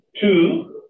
Two